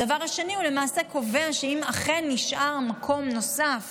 דבר שני, הוא למעשה קובע שאם אכן נשאר מקום נוסף